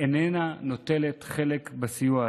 איננה נוטלת חלק בסיוע הזה.